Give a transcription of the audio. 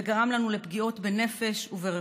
וגרם לנו לפגיעות בנפש וברכוש.